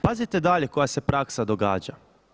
Pazite dalje koja se praksa događa.